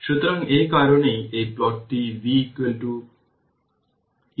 সুতরাং এই কারণেই এই প্লটটি v0 e tT